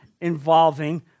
involving